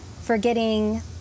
forgetting